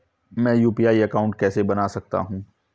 मैं UPI account कैसे बना सकता हूं?